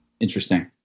Interesting